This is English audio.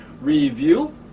review